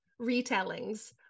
retellings